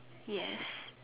yes